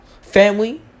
family